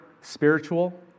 spiritual